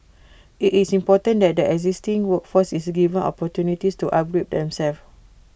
IT is important that the existing workforce is given opportunities to upgrade themselves